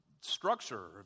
structure